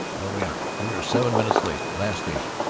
no, we aren't we were seven minutes late, last station.